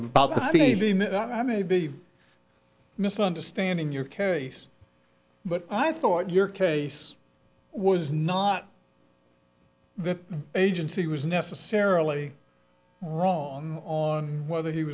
that i may be misunderstanding your carries but i thought your case was not the agency was necessarily wrong on whether he